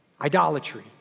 idolatry